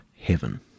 heaven